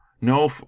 no